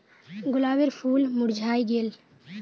गुलाबेर फूल मुर्झाए गेल